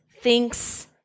thinks